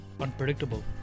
unpredictable